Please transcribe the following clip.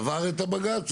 עבר את הבג"ץ.